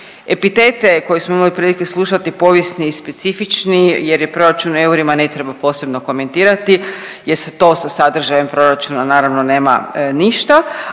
Epitete koje smo imali prilike slušati povijesni i specifični jer proračun u eurima ne treba posebno komentirati jer to sa sadržajem proračuna naravno nema ništa,